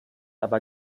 aber